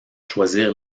choisir